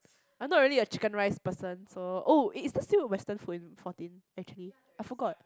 I'm not really a chicken rice person so oh is there still a western food in fourteen actually I forgot